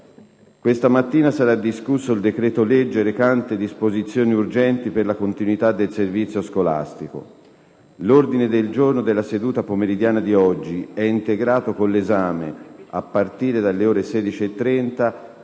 Questa mattina sarà discusso il decreto-legge recante disposizioni urgenti per la continuità del servizio scolastico. L'ordine del giorno della seduta pomeridiana di oggi è integrato con 1'esame - a partire dalle ore 16,30